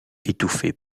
étouffé